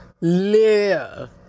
live